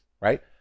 right